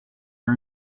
are